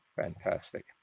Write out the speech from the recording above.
Fantastic